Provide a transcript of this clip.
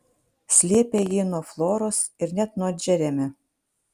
slėpė jį nuo floros ir net nuo džeremio